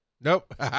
Nope